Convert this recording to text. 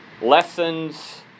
Lessons